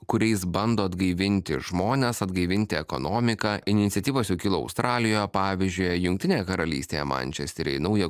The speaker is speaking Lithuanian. kuriais bando atgaivinti žmones atgaivinti ekonomiką iniciatyvos jau kilo australijoje pavyzdžiui jungtinėje karalystėje mančesteryje naują